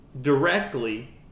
Directly